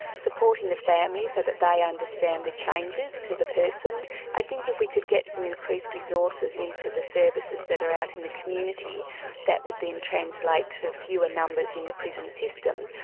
supporting the family so that they understand the changes to the person. i think if we could get some increased resources into the services that are out in the community that would then translate to fewer numbers in the prison system.